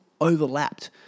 overlapped